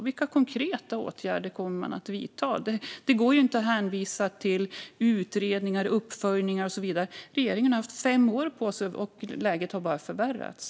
Vilka konkreta åtgärder kommer man att vidta? Det går inte att hänvisa till utredningar, uppföljningar och så vidare. Regeringen har haft fem år på sig, och läget har bara förvärrats.